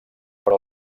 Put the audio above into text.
però